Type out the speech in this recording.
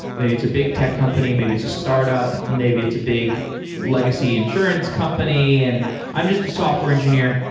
maybe it's a big tech company. maybe it's a startup. maybe it's a big legacy insurance company, and i'm just a software engineer.